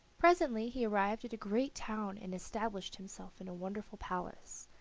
presently he arrived at a great town and established himself in a wonderful palace.